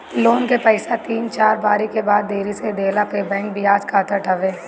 loan के पईसा तीन चार बारी के बाद देरी से देहला पअ बैंक बियाज काटत हवे